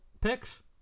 picks